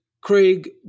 Craig